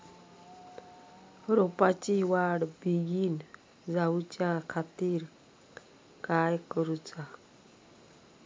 रोपाची वाढ बिगीन जाऊच्या खातीर काय करुचा?